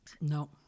No